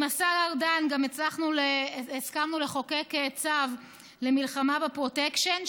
עם השר ארדן גם הסכמנו לחוקק צו למלחמה בפרוטקשן,